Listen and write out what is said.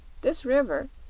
this river,